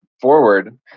forward